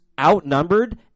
Outnumbered